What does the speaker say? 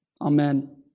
Amen